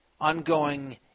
ongoing